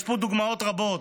יש פה דוגמאות רבות.